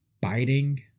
biting